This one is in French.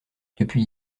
depuis